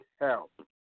help